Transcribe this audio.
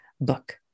book